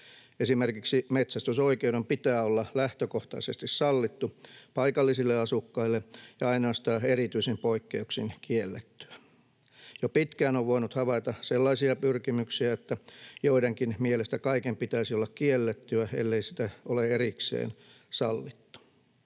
Esimerkiksi metsästysoikeuden pitää olla lähtökohtaisesti sallittu paikallisille asukkaille ja ainoastaan erityisin poikkeuksin kiellettyä. Jo pitkään on voinut havaita sellaisia pyrkimyksiä, että joidenkin mielestä kaiken pitäisi olla kiellettyä ellei sitä ole erikseen sallittu.